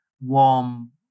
warm